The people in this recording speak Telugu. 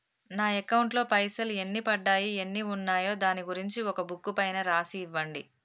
నా అకౌంట్ లో పైసలు ఎన్ని పడ్డాయి ఎన్ని ఉన్నాయో దాని గురించి ఒక బుక్కు పైన రాసి ఇవ్వండి?